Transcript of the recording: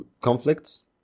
conflicts